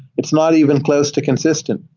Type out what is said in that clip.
it's not even close to consistent.